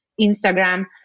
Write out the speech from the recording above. Instagram